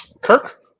Kirk